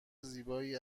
زیبایی